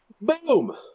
Boom